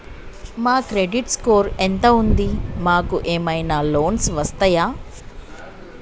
మా credit score ఎంత ఉంది? మాకు ఏమైనా లోన్స్ వస్తయా?